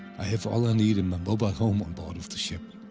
i have all i need in my mobile home on board of the ship.